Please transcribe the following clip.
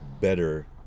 better